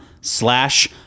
slash